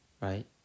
right